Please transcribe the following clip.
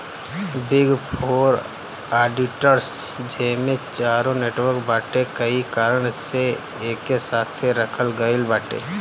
big four auditors जेमे चारो network बाटे कई कारण से एके साथे रखल गईल बाटे